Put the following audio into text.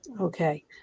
okay